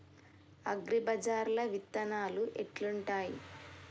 అగ్రిబజార్ల విత్తనాలు ఎట్లుంటయ్?